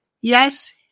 Yes